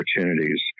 opportunities